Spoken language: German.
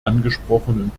angesprochenen